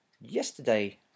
yesterday